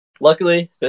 luckily